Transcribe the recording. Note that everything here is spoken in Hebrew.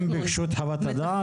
הם ביקשו את חוות הדעת?